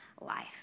life